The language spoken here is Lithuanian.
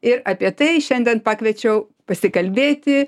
ir apie tai šiandien pakviečiau pasikalbėti